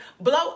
Blow